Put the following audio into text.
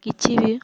କିଛି ବି